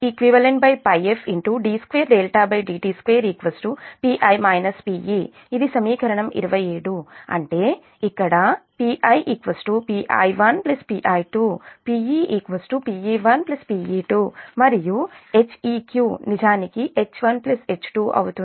HeqΠf d2dt2 Pi - Pe ఇది సమీకరణం 27 అంటే ఇక్కడ Pi Pi1 Pi2 Pe Pe1 Pe2 మరియు Heq నిజానికి H1H2అవుతుంది